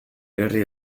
herri